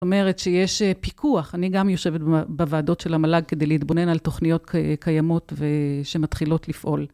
זאת אומרת שיש פיקוח, אני גם יושבת בוועדות של המל"ג כדי להתבונן על תוכניות קיימות שמתחילות לפעול.